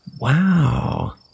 Wow